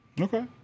Okay